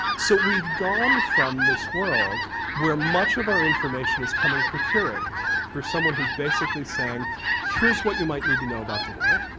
so we've gone from this world where much of our information is coming through curators, through someone who is basically saying here is what you might need to know about the world.